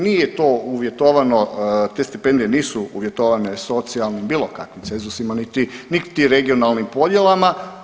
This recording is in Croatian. Nije to uvjetovano, te stipendije nisu uvjetovane socijalnim ili bilo kakvim cenzusima niti regionalnim podjelama.